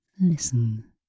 listen